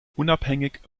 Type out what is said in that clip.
unabhängig